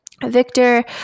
Victor